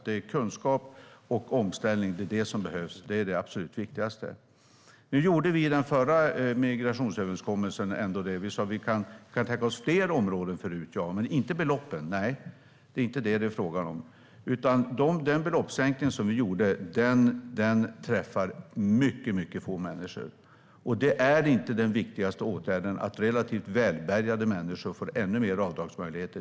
Det är kunskap och omställning som behövs. Det är det absolut viktigaste. Nu gjorde vi i den förra migrationsöverenskommelsen ändå detta. Vi sa: Vi kan tänka oss fler områden för RUT - ja. Men det handlar inte om beloppen. Nej, det är inte det som det är fråga om. Den beloppssänkning som vi gjorde berör mycket få människor. Och det är inte den viktigaste åtgärden att relativt välbärgade människor får ännu mer avdragsmöjligheter.